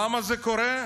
למה זה קורה?